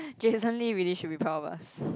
Jason-Lee really should be proud of us